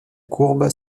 courbe